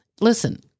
Listen